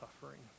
suffering